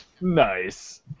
Nice